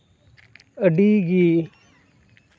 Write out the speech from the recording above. ᱟᱹᱰᱤ ᱜᱮ